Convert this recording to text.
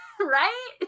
Right